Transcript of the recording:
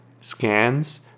scans